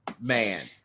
man